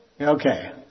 Okay